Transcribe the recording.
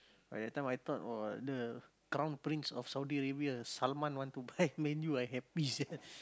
but that time I thought !wah! the crown prince of Saudi-Arabia Salman want to buy Man-U I happy sia